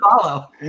follow